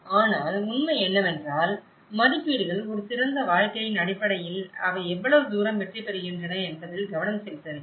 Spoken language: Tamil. ஆனால் உண்மை என்னவென்றால் மதிப்பீடுகள் ஒரு சிறந்த வாழ்க்கையின் அடிப்படையில் அவை எவ்வளவு தூரம் வெற்றி பெறுகின்றன என்பதில் கவனம் செலுத்தவில்லை